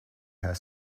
her